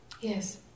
Yes